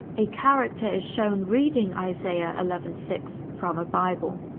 a character is shown reading isaiah eleven six from a bible.